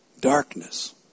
darkness